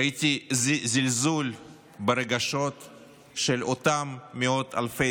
ראיתי זלזול ברגשות של אותם מאות אלפי